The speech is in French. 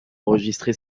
enregistrer